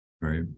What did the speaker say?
Right